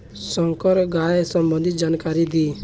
संकर गाय सबंधी जानकारी दी?